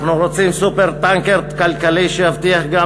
אנחנו רוצים "סופר-טנקר" כלכלי שיבטיח גם